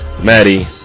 Maddie